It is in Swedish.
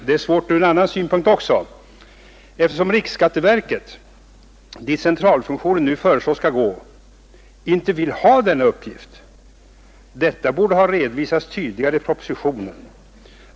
Det är svårt även ur en annan synpunkt, nämligen att riksskatteverket, dit centralfunktionen nu föreslås gå, inte vill ha denna uppgift. Detta borde ha redovisats tydligare i propositionen.